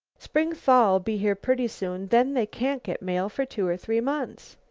spring thaw'll be here pretty soon, then they can't get mail for two or three months.